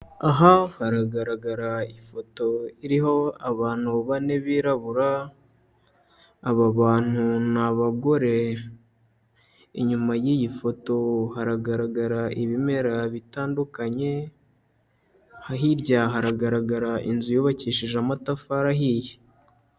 Aha hagaragara ifoto iriho abantu bane birabura, aba bantu ni abagore, inyuma y'iyi foto haragaragara ibimera bitandukanye, hirya haragaragara inzu yubakishije amatafari ahiye.